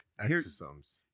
exosomes